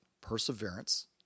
perseverance